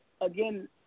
again